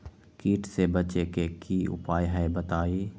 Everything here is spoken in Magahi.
कीट से बचे के की उपाय हैं बताई?